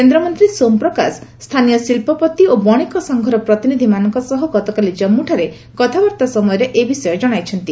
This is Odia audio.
କେନ୍ଦ୍ରମନ୍ତ୍ରୀ ସୋମ ପ୍ରକାଶ ସ୍ଥାନୀୟ ଶିଳ୍ପପତି ଓ ବଶିକ ସଂଘର ପ୍ରତିନିଧିମାନଙ୍କ ସହ ଗତକାଲି ଜାନ୍ପଠାରେ କଥାବାର୍ତ୍ତା ସମୟରେ ଏ ବିଷୟ ଜଣାଇଛନ୍ତି